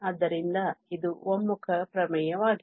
ಆದ್ದರಿಂದ ಇದು ಒಮ್ಮುಖ ಪ್ರಮೇಯವಾಗಿದೆ